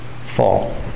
fall